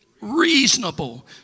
reasonable